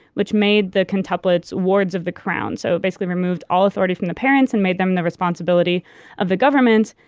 which made the quintuplets wards of the crown. so it basically removed all authority from the parents and made them the responsibility of the government,